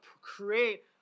create